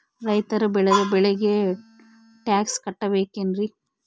ರೈತರು ಬೆಳೆದ ಬೆಳೆಗೆ ಟ್ಯಾಕ್ಸ್ ಕಟ್ಟಬೇಕೆನ್ರಿ?